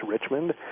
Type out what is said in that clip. Richmond